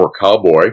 cowboy